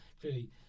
clearly